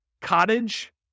Cottage